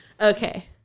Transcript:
okay